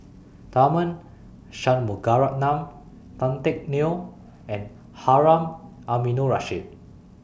Tharman Shanmugaratnam Tan Teck Neo and Harun Aminurrashid